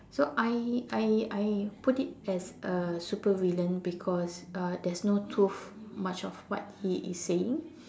so I I I put it as a supervillain because uh there's no truth much of what he is saying